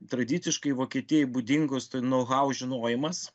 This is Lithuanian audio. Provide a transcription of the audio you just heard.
tradiciškai vokietijai būdingus nau hau žinojimas